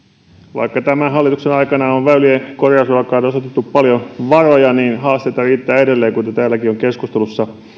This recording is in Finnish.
vaikka tämän hallituksen aikana on väylien korjausurakkaan osoitettu paljon varoja niin haasteita riittää edelleen kuten täälläkin on keskustelussa